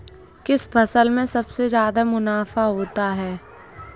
किस फसल में सबसे जादा मुनाफा होता है?